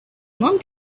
long